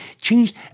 changed